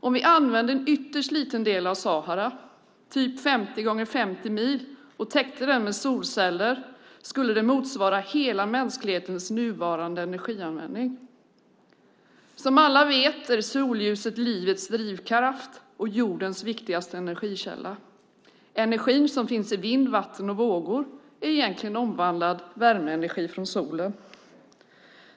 Om vi använde en ytterst liten del av Sahara - typ 50 gånger 50 mil - och täckte den med solceller skulle det motsvara hela mänsklighetens nuvarande energianvändning. Som alla vet är solljuset livets drivkraft och jordens viktigaste energikälla. Energin som finns i vind, vatten och vågor är egentligen omvandlad värmeenergi från solen.